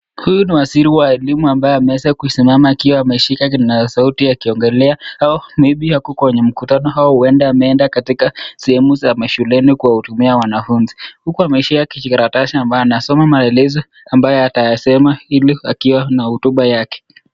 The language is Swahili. Huyu ni waziri wa elimu ambaye ameweza kusimama akiwa ameshika kinara sauti akiongelea au maybe ako kwenye mkutano au uenda ameenda sehemu za mashuleni kuwahotubia wanafunzi. Huku ameshika kikikaratasi ambayo anasoma maelezo ambayo atakayasema ili akiwa na hotuba yake.